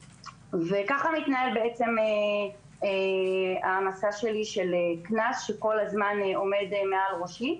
כך מתנהל המצב שלי של קנס שכל הזמן עומד מעל ראשי.